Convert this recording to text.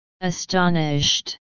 Astonished